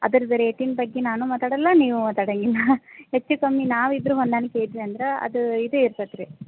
ಅದ್ರದ್ದು ರೇಟಿನ ಬಗ್ಗೆ ನಾನೂ ಮಾತಾಡೋಲ್ಲ ನೀವೂ ಮಾತಾಡೋಂಗಿಲ್ಲ ಹೆಚ್ಚೂ ಕಮ್ಮಿ ನಾವಿಬ್ಬರು ಹೊಂದಾಣಿಕೆ ಇದ್ದೀವಿ ಅಂದ್ರೆ ಅದು ಇದ್ದೇ ಇರ್ತದೆ ರೀ